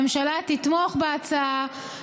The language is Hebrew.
הממשלה תתמוך בהצעה,